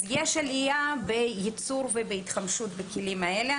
אז יש עלייה בייצור ובהתחמשות בכלים האלה.